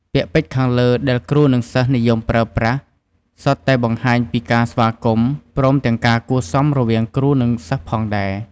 ពាក្យពេចន៍ខាងលើដែលគ្រូ និងសិស្សនិយមប្រើប្រាស់សុទ្ធតែបង្ហាញពីការស្វាគមន៍ ព្រមទាំងការគួរសមរវាងគ្រូ និង សិស្សផងដែរ។